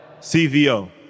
CVO